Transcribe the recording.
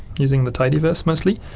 using the tidyverse mostly.